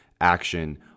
action